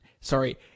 sorry